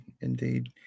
indeed